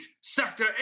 Sector